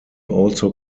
also